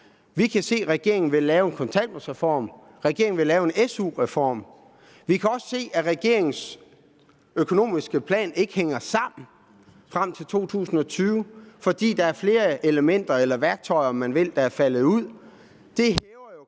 Vi kan se, at regeringen vil lave en kontanthjælpsreform, at regeringen vil lave en SU-reform. Vi kan også se, at regeringens økonomiske plan frem til 2020 ikke hænger sammen, fordi der er flere elementer – eller værktøjer, om man vil – der er faldet ud.